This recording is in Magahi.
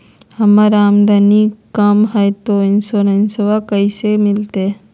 हमर आमदनी कम हय, तो इंसोरेंसबा कैसे मिलते?